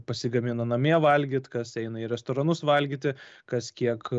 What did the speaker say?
pasigamina namie valgyt kas eina į restoranus valgyti kas kiek